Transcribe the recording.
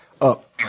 up